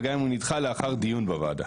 וגם אם הוא נדחה לאחר דיון בוועדה.